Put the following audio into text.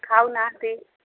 ଖାଉନାହାନ୍ତି